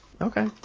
Okay